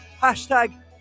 Hashtag